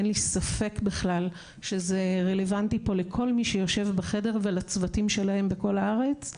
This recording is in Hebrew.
אין לי ספק בכלל שזה רלוונטי לכל מי שיושב בחדר ולצוותים שלהם בכל הארץ.